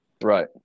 Right